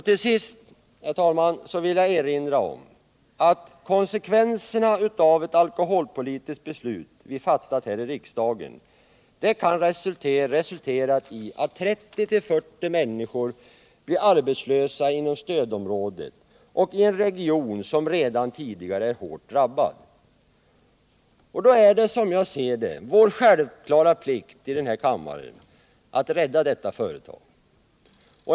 Till sist vill jag erinra om att konsekvenserna av ett alkoholpolitiskt beslut som vi fattat här i riksdagen kan bli att 30-40 människor blir arbetslösa inom stödområdet och i en region som redan tidigare är hårt drabbad. Som jag ser det är det vår självklara plikt i den här kammaren att rädda detta företag.